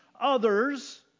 others